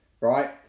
Right